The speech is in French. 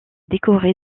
décoré